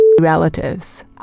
relatives